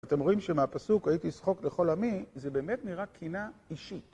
אתם רואים שמהפסוק הייתי שחוק לכל עמי, זה באמת נראה קינה אישית.